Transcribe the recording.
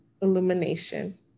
illumination